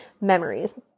memories